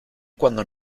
cuando